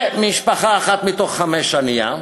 שמשפחה אחת מחמש, ענייה,